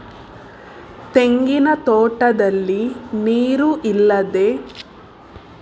ತೆಂಗಿನ ತೋಟದಲ್ಲಿ ನೀರು ನಿಲ್ಲದೆ ಹರಿಯುವ ಹಾಗೆ ಮಾಡುವುದು ಹೇಗೆ?